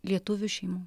lietuvių šeimų